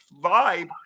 vibe